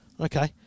Okay